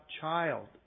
child